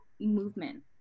movement